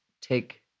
take